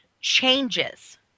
changes